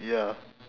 ya